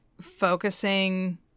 focusing